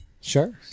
Sure